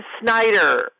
Snyder